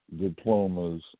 diplomas